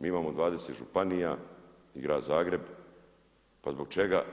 Mi imamo 20 županija i Grad Zagreb pa zbog čega